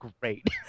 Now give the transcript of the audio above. great